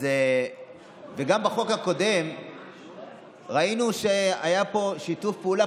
וגם בחוק הקודם ראינו שהיה פה שיתוף פעולה